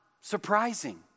surprising